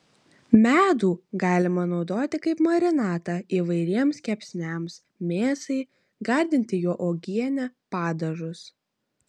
medų galima naudoti kaip marinatą įvairiems kepsniams mėsai gardinti juo uogienę padažus